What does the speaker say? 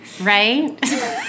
right